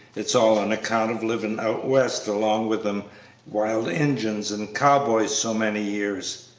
it's all on account of livin' out west along with them wild injuns and cow-boys so many years.